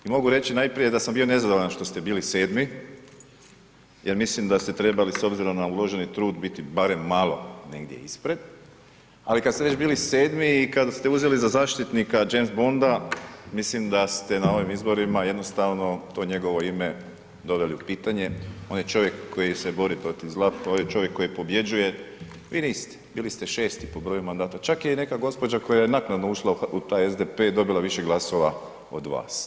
I mogu reći najprije da sam bio nezadovoljan što ste bili 7, jer mislim da ste trebali s obzirom na uloženi trud biti barem malo negdje ispred, ali kad ste već bili 7 i kada ste uzeli za zaštitnika James Bonda, mislim da ste na ovim izborima jednostavno to njegovo ime doveli u pitanje, on je čovjek koji se bori protiv zla, on čovjek koji pobjeđuje, vi niste, bili ste 6 po broju mandata, čak je i neka gospođa koja je naknadno ušla u taj SDP dobila više glasova od vas.